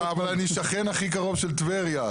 אבל אני השכן הכי קרוב של טבריה.